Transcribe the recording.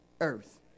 earth